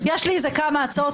יש לי כמה הצעות,